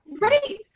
Right